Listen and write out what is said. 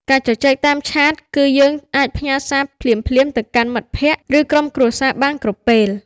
ការជជែកតាមឆាត គឺយើងអាចផ្ញើសារភ្លាមៗទៅកាន់មិត្តភក្ដិ ឬក្រុមគ្រួសារបានគ្រប់ពេល។